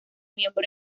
miembro